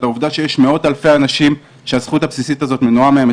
את העובדה שיש מאות אלפי אנשים שהזכות הבסיסית הזאת מנועה מהם.